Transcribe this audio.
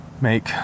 make